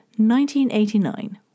1989